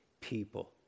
people